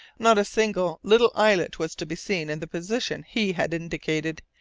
not a single little islet was to be seen in the position he had indicated,